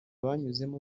banyuzemo